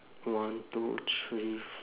one two three